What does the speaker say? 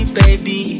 baby